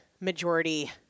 majority